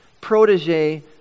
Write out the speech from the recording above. protege